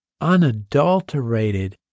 unadulterated